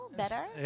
better